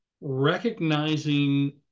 recognizing